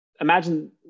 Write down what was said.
Imagine